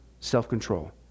self-control